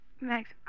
Max